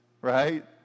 Right